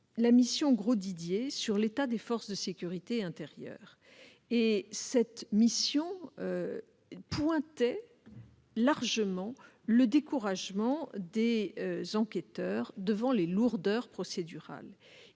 de M. Grosdidier sur l'état des forces de sécurité intérieure. Cette commission relevait largement le découragement des enquêteurs devant les lourdeurs procédurales.